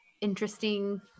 interesting